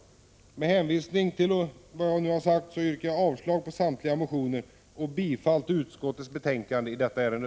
Med hänvisning till vad jag har sagt yrkar jag avslag på samtliga motioner och bifall till utskottets hemställan i detta ärende.